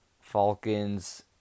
Falcons